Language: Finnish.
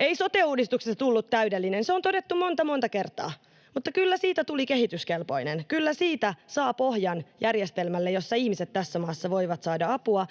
Ei sote-uudistuksesta tullut täydellinen, se on todettu monta monta kertaa, mutta kyllä siitä tuli kehityskelpoinen, kyllä siitä saa pohjan järjestelmälle, jossa ihmiset tässä maassa voivat saada apua